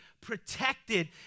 protected